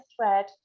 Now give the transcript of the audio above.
thread